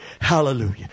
Hallelujah